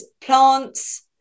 plants